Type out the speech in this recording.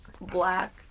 Black